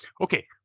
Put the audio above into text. Okay